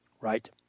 Right